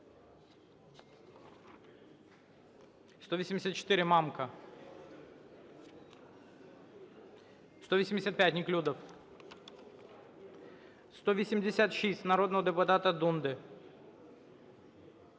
184, Мамка. 185, Неклюдов. 186, народного депутата Дунди.